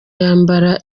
yambara